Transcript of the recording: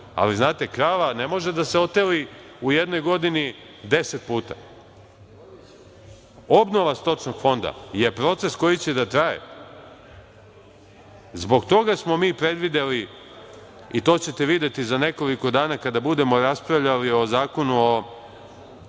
ali znate, krava ne može da se oteli u jednoj godini deset puta. Obnova stočnog fonda je proces koji će da traje. Zbog toga smo mi predvideli, i to ćete videti za nekoliko dana kada budemo raspravljali o Zakonu o